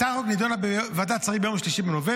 הצעת החוק נדונה בוועדת השרים ביום 3 בנובמבר,